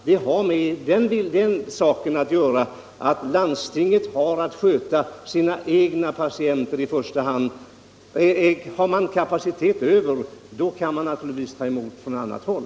Det har Samarbete mellan med den saken att göra att landstinget i första hand har skyldighet att sköta sina egna patienter. Har man sedan kapacitet över, så kan man naturligtvis ta emot patienter från annat håll.